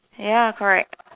ya correct